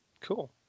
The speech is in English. Cool